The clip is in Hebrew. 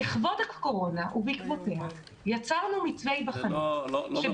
בעקבות הקורונה יצרנו מתווה היבחנות --- זה לא מקובל.